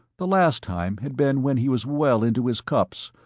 the last time had been when he was well into his cups,